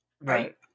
Right